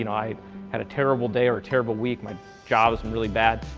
you know i had a terrible day or a terrible week, my jobs been really bad.